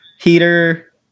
Heater